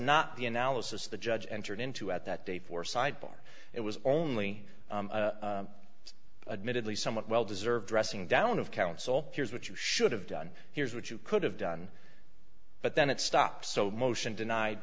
not the analysis the judge entered into at that day for sidebar it was only admitted lee somewhat well deserved dressing down of counsel here's what you should have done here's what you could have done but then it stops so motion denied